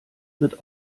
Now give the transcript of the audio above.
wird